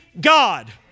God